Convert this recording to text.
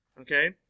Okay